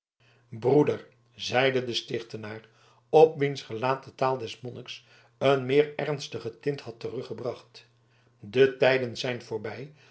broeder zeide de stichtenaar op wiens gelaat de taal des monniks een meer ernstige tint had teruggebracht de tijden zijn voorbij